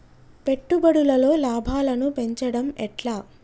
పెట్టుబడులలో లాభాలను పెంచడం ఎట్లా?